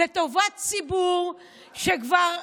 לטובת ציבור שכבר,